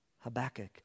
Habakkuk